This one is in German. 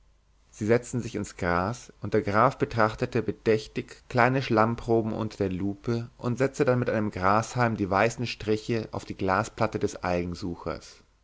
sie setzten sich ins gras und der graf betrachtete bedächtig kleine schlammproben unter der lupe und setzte dann mit einem grashalm die weißen striche auf die glasplatte des